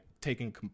taking